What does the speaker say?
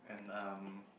and um